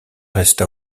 resta